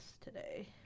today